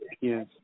yes